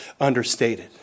understated